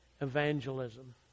evangelism